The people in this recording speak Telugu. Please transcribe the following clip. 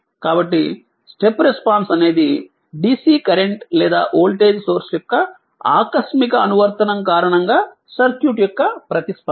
కాబట్టి స్టెప్ రెస్పాన్స్ అనేది DC కరెంట్ లేదా వోల్టేజ్ సోర్స్ యొక్క ఆకస్మిక అనువర్తనం కారణంగా సర్క్యూట్ యొక్క ప్రతిస్పందన